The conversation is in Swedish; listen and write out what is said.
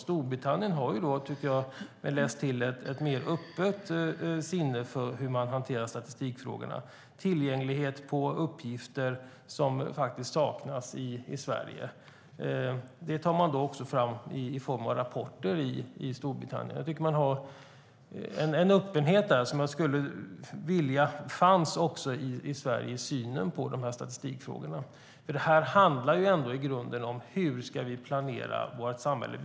Storbritannien har ett mer öppet sinne för att hantera statistikfrågorna och tillgänglighet till uppgifter, som saknas i Sverige. Det tas fram i form av rapporter i Storbritannien. Jag tycker att de har en öppenhet som jag skulle vilja fanns också i Sverige i synen på statistikfrågorna. Det handlar i grunden om hur vi ska planera vårt samhälle.